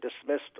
dismissed